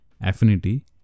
affinity